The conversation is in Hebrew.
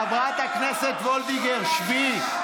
חברת הכנסת וולדיגר, שבי.